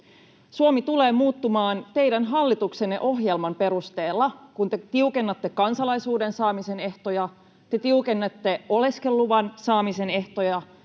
Suomi tulee muuttumaan teidän hallituksenne ohjelman perusteella, kun te tiukennatte kansalaisuuden saamisen ehtoja, te tiukennatte oleskeluluvan saamisen ehtoja,